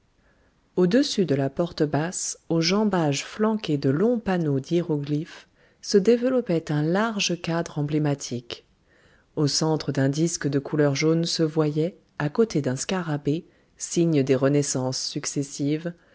au-dessus de la porte basse aux jambages flanqués de longs panneaux d'hiéroglyphes se développait un large cadre emblématique au centre d'un disque de couleur jaune se voyait à côté d'un scarabée signe des renaissances successives